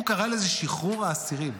הוא קרא לזה "שחרור האסירים".